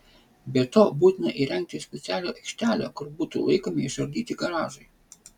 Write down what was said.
be to būtina įrengti specialią aikštelę kur būtų laikomi išardyti garažai